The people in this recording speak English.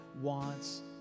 wants